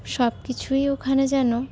সবকিছুই ওখানে যেন